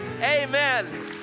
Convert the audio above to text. amen